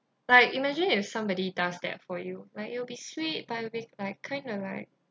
like imagine if somebody does that for you like you'll be swayed by wi~ kind of like